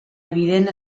evident